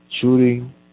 shooting